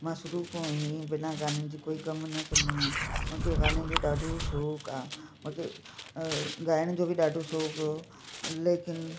मां शुरू खां ई बिना गाननि जो कोई कम न कंदी आहियां मूंखे गाननि जो ॾाढो शौंक़ु आहे मूंखे गाइण जो बि ॾाढो शौंक़ु लेकिन